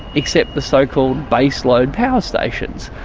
except the so-called baseload power stations,